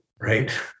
right